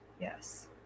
yes